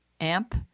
amp